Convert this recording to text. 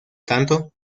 tanto